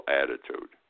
attitude